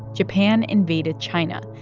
japan invaded china,